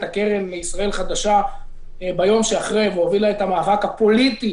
הקרן לישראל חדשה ביום שאחרי והובילה את המאבק הפוליטי